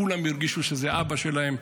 כולם הרגישו שזה אבא שלהם.